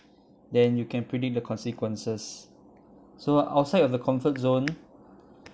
then you can predict the consequences so outside of the comfort zone